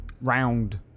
round